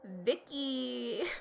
Vicky